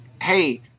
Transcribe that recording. hey